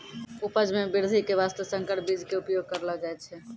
उपज मॅ वृद्धि के वास्तॅ संकर बीज के उपयोग करलो जाय छै